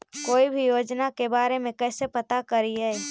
कोई भी योजना के बारे में कैसे पता करिए?